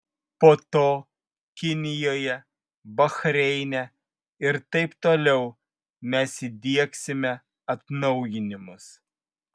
po to kinijoje bahreine ir taip toliau mes įdiegsime atnaujinimus